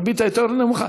הריבית היותר-נמוכה.